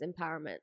empowerment